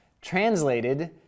translated